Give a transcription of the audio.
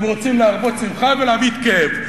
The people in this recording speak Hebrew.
הם רוצים להרבות שמחה ולהמעיט כאב.